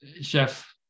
Chef